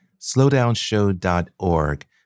slowdownshow.org